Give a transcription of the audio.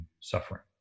suffering